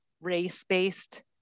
race-based